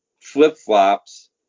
flip-flops